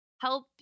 Help